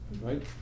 Right